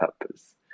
purpose